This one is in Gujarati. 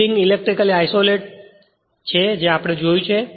વિન્ડિંગ ઇલેક્ટ્રીકલી આયસોલેટેડ છે જે આપણે જોયું છે